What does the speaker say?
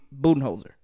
Budenholzer